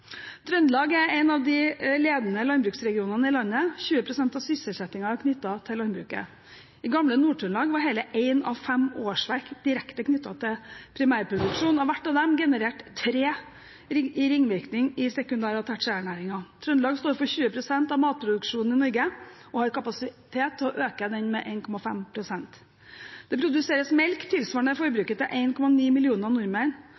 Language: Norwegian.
Trøndelag er en av de ledende landbruksregionene i landet. 20 pst. av sysselsettingen er knyttet til landbruket. I gamle Nord-Trøndelag var hele ett av fem årsverk direkte knyttet til primærproduksjon, og hvert av dem genererte tre i ringvirkning i sekundær- og tertiærnæringene. Trøndelag står for 20 pst. av matproduksjonen i Norge og har kapasitet til å øke den med 1,5 pst. Det produseres melk tilsvarende forbruket til 1,9 millioner nordmenn,